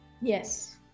Yes